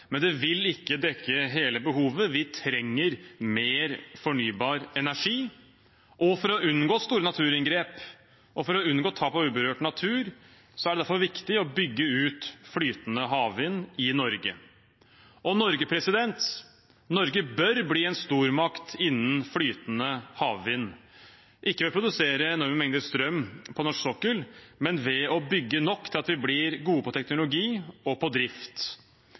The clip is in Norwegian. men det vil ikke dekke hele behovet. Vi trenger mer fornybar energi. For å unngå store naturinngrep og for å unngå tap av uberørt natur er det derfor viktig å bygge ut flytende havvind i Norge. Norge bør bli en stormakt innen flytende havvind – ikke ved å produsere enorme mengder strøm på norsk sokkel, men ved å bygge nok til at vi blir gode på teknologi og på drift.